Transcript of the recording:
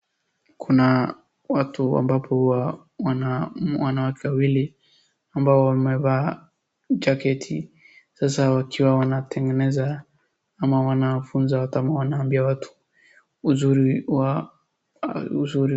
Kuna watu ambapo huwa wanawake wawili ambao wamevaa jaketi. Sasa wakiwa wanatengeneza ama wanafunza hata wanaambia watu uzuri wa uzuri...